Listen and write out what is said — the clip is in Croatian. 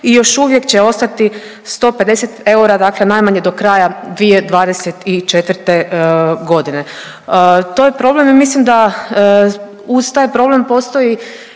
i još uvijek će ostati 150 eura dakle najmanje do kraja 2024.g.. To je problem i ja mislim da uz taj problem postoji